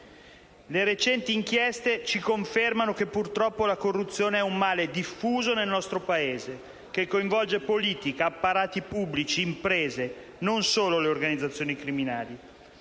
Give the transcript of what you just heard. Le recenti inchieste ci confermano che, purtroppo, la corruzione è un male diffuso nel nostro Paese, che coinvolge politica, apparati pubblici, imprese, e non solo le organizzazioni criminali.